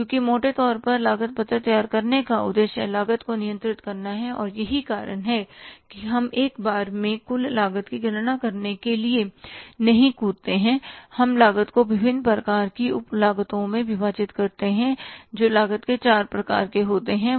क्योंकि मोटे तौर पर लागत पत्रक तैयार करने का उद्देश्य लागत को नियंत्रित करना है यही कारण है कि हम एक बार में कुल लागत की गणना करने के लिए नहीं कूदते हैं हम लागत को विभिन्न प्रकार की उप लागतों में विभाजित करते हैं जो लागत के चार प्रकार के होते हैं